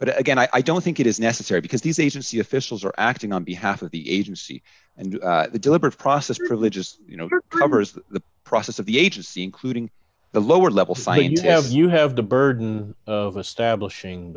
but again i don't think it is necessary because these agency officials are acting on behalf of the agency and the deliberate process religious you know the process of the agency including the lower level scientists have you have the burden of a stablish ing